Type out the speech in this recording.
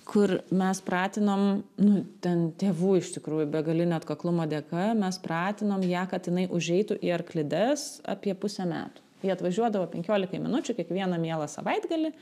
kur mes pratinom nu ten tėvų iš tikrųjų begalinio atkaklumo dėka mes pratinom ją kad jinai užeitų į arklides apie pusę metų jie atvažiuodavo penkiolikai minučių kiekvieną mielą savaitgalį